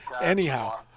anyhow